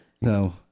No